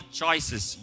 choices